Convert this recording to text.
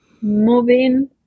moving